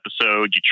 episode